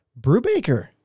Brubaker